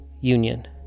union